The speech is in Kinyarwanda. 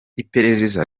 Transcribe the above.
iperereza